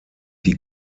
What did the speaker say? die